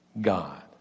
God